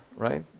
right?